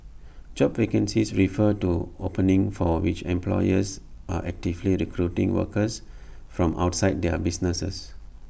job vacancies refer to openings for which employers are actively recruiting workers from outside their businesses